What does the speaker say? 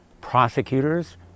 prosecutors